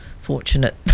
fortunate